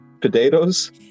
potatoes